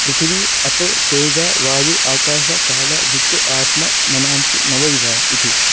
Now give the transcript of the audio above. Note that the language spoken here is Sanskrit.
पृथिवी अप् तेजः वायुः आकाशः कालः दिक् आत्मा मनांसि नवै इति